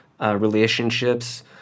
relationships